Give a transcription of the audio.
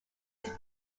its